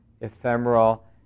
ephemeral